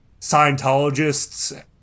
Scientologists